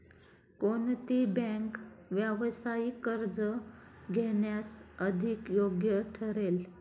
कोणती बँक व्यावसायिक कर्ज घेण्यास अधिक योग्य ठरेल?